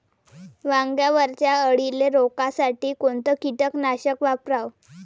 वांग्यावरच्या अळीले रोकासाठी कोनतं कीटकनाशक वापराव?